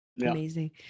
Amazing